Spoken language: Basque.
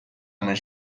omen